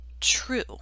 true